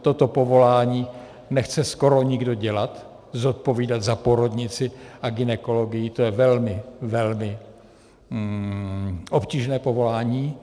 Toto povolání nechce skoro nikdo dělat, zodpovídat za porodnici a gynekologii, to je velmi, velmi obtížné povolání.